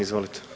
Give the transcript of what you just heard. Izvolite.